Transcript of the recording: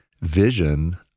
vision